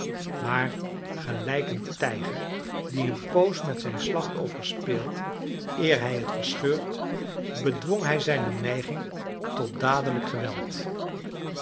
maar gelijk een tijger die een poos met zijn slachtoffer speelt eer hij het verscheurt bedwong hij zijne neiging tot dadelijk geweld